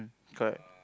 correct